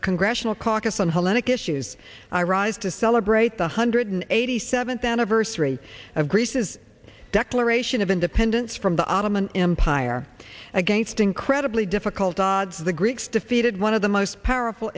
the congressional caucus on hellenic issues i rise to celebrate the hundred eighty seventh anniversary of greece's declaration of independence from the ottoman empire against incredibly difficult odds the greeks defeated one of the most powerful